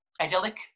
idyllic